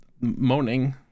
moaning